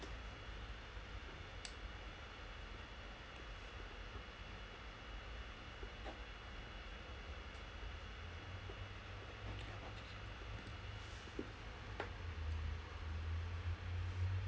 okay